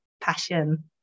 passion